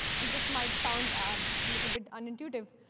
and this might sound a little bit unintuitive.